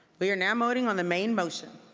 we are now voting on the main motion.